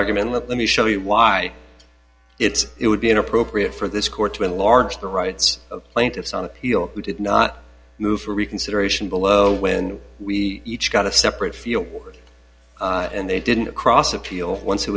argument let me show you why it's it would be inappropriate for this court to enlarge the rights of plaintiffs on appeal we did not move for reconsideration below when we each got a separate field and they didn't cross appeal once it